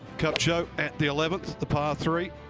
kupcho at the eleventh. the par three.